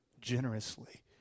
generously